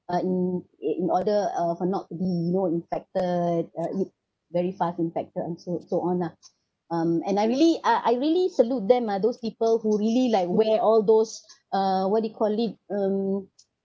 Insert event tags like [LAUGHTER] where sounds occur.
uh in uh in order uh for not to be you know infected uh if very fast infected and so so on ah um and I really uh I really salute them ah those people who really like wear all those uh what do you call it um [NOISE]